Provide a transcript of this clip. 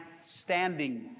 standing